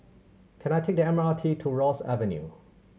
can I take the M R T to Ross Avenue